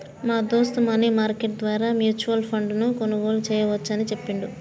మా దోస్త్ money market ద్వారా మ్యూచువల్ ఫండ్ ను కొనుగోలు చేయవచ్చు అని చెప్పిండు